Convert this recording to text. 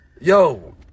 Yo